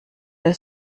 der